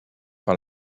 par